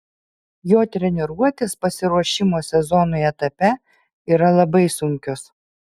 jo treniruotės pasiruošimo sezonui etape yra labai sunkios